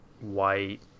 white